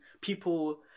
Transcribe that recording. people